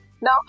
Now